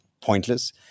pointless